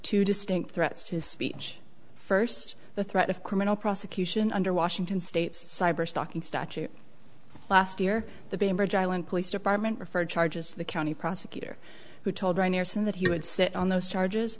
two distinct threats to his speech first the threat of criminal prosecution under washington state's cyberstalking statute last year the bainbridge island police department referred charges to the county prosecutor who told reiner soon that he would sit on those charges